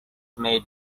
made